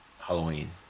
Halloween